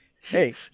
Hey